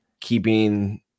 keeping